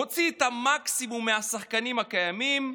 מוציא את המקסימום מהשחקנים הקיימים,